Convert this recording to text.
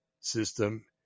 system